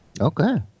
okay